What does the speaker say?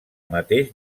mateix